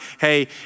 Hey